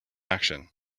action